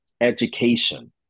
education